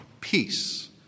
peace